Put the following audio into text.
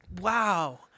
wow